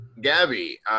Gabby